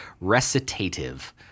recitative